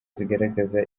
zigaragaza